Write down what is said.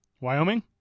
Wyoming